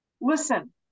listen